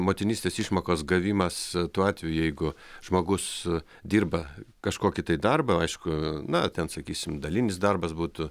motinystės išmokos gavimas tuo atveju jeigu žmogus dirba kažkokį tai darbą aišku na ten sakysim dalinis darbas būtų